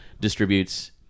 distributes